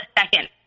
second